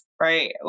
Right